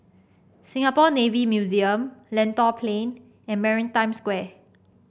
Singapore Navy Museum Lentor Plain and Maritime Square